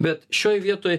bet šioj vietoj